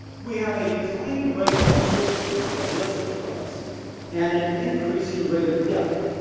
we have a declining rate of prescriptions of licit drugs and an increasing rate of death.